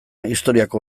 historiako